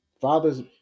fathers